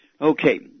okay